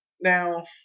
Now